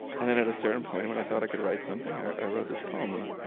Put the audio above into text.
and then at a certain point, when i thought i could write something, i wrote this poem and